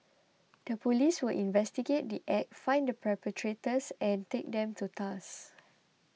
the police will investigate the Act find the perpetrators and take them to task